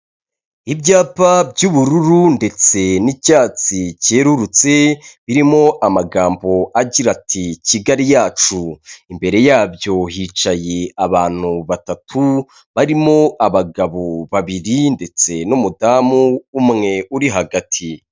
Ibyapa by'ubururu ndetse n'icyatsi cyerurutse birimo amagambo agira ati Kigali yacu, imbere yabyo hicaye abantu batatu barimo abagabo babiri ndetse n'umudamu umwe uri hagati.